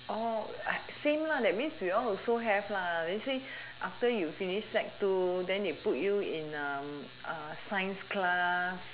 oh same [lah]that means we all also have lah they say after you finish sec two then they put you in um science class